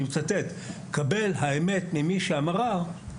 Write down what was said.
אני מצטט: "קבל האמת ממי שאמרה",